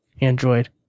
Android